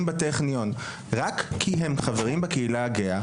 בטכניון רק כי הם חברים בקהילה הגאה,